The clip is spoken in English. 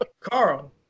Carl